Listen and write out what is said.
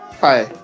hi